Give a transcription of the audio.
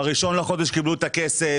ב-1 בחודש קיבלו את הכסף,